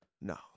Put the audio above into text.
No